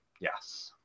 Yes